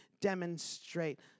demonstrate